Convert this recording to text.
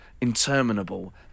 interminable